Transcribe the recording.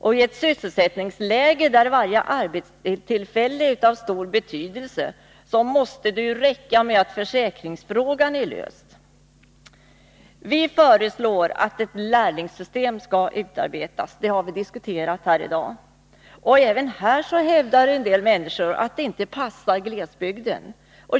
I ett sysselsättningsläge, där varje arbetstillfälle är av stor betydelse, måste det räcka med att försäkringsfrågan är löst. Vi föreslår att ett lärlingssystem skall utarbetas — det har diskuterats här i dag. Även här hävdar en del att detta inte passar glesbygden.